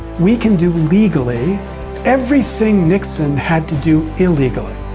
we can do legally everything nixon had to do illegally.